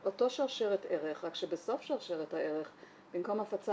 אותה שרשרת ערך רק שבסוף שרשרשת הערך במקום הפצה